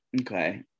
Okay